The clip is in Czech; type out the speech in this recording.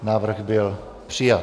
Návrh byl přijat.